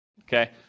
okay